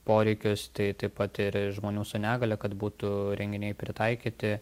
poreikius tai taip pat ir žmonių su negalia kad būtų renginiai pritaikyti